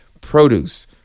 produce